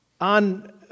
on